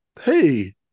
Hey